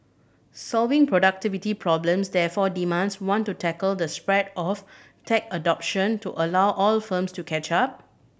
solving productivity problems therefore demands one to tackle the spread of tech adoption to allow all firms to catch up